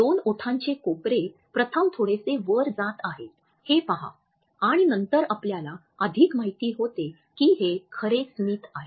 दोन ओठांचे कोपरे प्रथम थोडेसे वर जात आहेत हे पहा आणि नंतर आपल्याला अधिक माहित होते की हे खरे स्मित आहे